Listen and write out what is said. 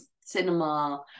cinema